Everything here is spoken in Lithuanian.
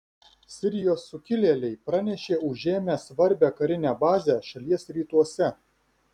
sirijos sukilėliai pranešė užėmę svarbią karinę bazę šalies rytuose